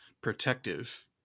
protective